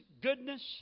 goodness